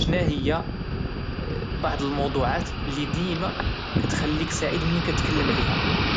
شناهيا بعض الموضوعات اللي ديما كتكون فرحان وانت كتكلم عليها؟